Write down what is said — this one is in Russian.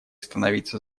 становиться